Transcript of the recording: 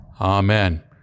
Amen